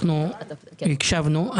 אנחנו הקשבנו.